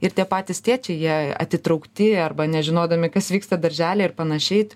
ir tie patys tėčiai jie atitraukti arba nežinodami kas vyksta darželyje ir panašiai